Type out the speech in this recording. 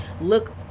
look